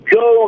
go